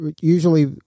usually